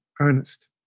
earnest